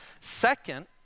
Second